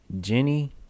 jenny